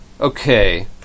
Okay